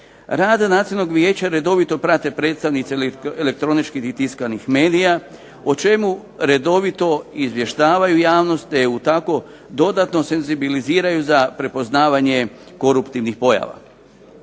Rad Nacionalnog vijeća redovito prate predstavnici elektroničkih i tiskanih medija o čemu redovito izvještavaju javnost te ju tako dodatno senzibiliziraju za prepoznavanje koruptivnih pojava.